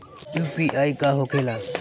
UPI का होखेला?